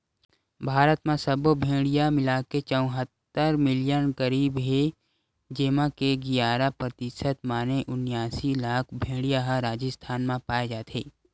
भारत म सब्बो भेड़िया मिलाके चउहत्तर मिलियन करीब हे जेमा के गियारा परतिसत माने उनियासी लाख भेड़िया ह राजिस्थान म पाए जाथे